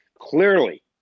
clearly